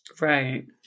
Right